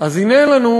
אז הנה לנו,